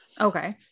okay